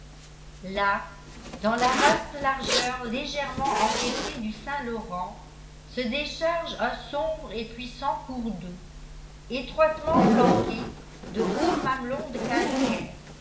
là dans la vaste largeur légèrement encaissée du saint-laurent se décharge un sombre et puissant cours d'eau étroitement flanqué de hauts mamelons de calcaire